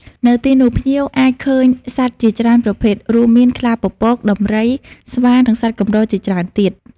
នៅទីនោះ ភ្ញៀវអាចឃើញសត្វជាច្រើនប្រភេទ រួមមាន ខ្លាពពក ដំរី ស្វា និងសត្វកម្រជាច្រើនទៀត ។